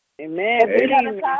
Amen